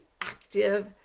active